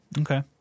okay